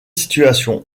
situations